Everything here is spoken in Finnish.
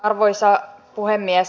arvoisa puhemies